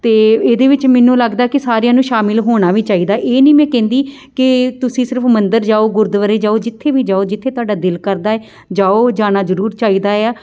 ਅਤੇ ਇਹਦੇ ਵਿੱਚ ਮੈਨੂੰ ਲੱਗਦਾ ਕਿ ਸਾਰਿਆਂ ਨੂੰ ਸ਼ਾਮਿਲ ਹੋਣਾ ਵੀ ਚਾਹੀਦਾ ਇਹ ਨਹੀਂ ਮੈਂ ਕਹਿੰਦੀ ਕਿ ਤੁਸੀਂ ਸਿਰਫ ਮੰਦਰ ਜਾਓ ਗੁਰਦੁਆਰੇ ਜਾਓ ਜਿੱਥੇ ਵੀ ਜਾਓ ਜਿੱਥੇ ਤੁਹਾਡਾ ਦਿਲ ਕਰਦਾ ਹੈ ਜਾਓ ਜਾਣਾ ਜ਼ਰੂਰ ਚਾਹੀਦਾ ਏ ਆ